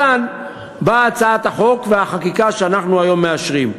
מכאן באה הצעת החוק שאנחנו מאשרים היום.